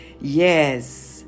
Yes